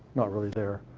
not really there.